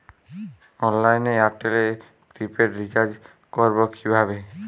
অনলাইনে এয়ারটেলে prepaid recharge করবো কিভাবে?